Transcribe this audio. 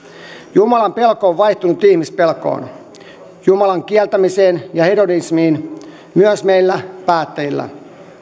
jumalan pelko on vaihtunut ihmispelkoon jumalan kieltämiseen ja hedonismiin myös meillä päättäjillä